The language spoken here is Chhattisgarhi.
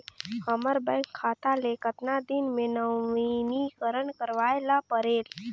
हमर बैंक खाता ले कतना दिन मे नवीनीकरण करवाय ला परेल?